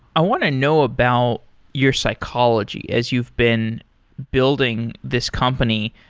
i want to know about your psychology as you've been building this company,